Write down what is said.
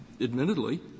admittedly